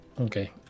Okay